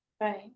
right